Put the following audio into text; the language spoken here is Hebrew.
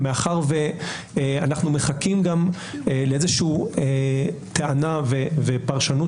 מאחר שאנחנו גם מחכים לטענה ופרשנות